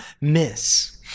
miss